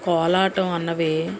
కోలాటం అన్నవి